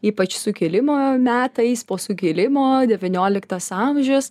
ypač sukilimo metais po sukilimo devynioliktas amžius